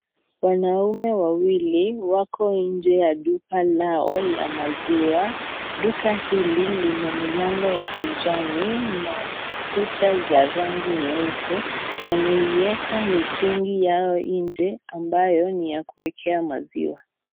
Wanaume wawili wako nje ya duka lao la maziwa, duka hili lina milango ya kijani na kuta za rangi nyeupe, wameieka mitungi yao nje ambayo ni ya kuekea maziwa.